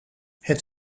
het